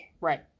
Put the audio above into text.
Right